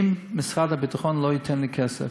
למטה, אם משרד הביטחון לא ייתן לי כסף.